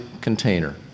container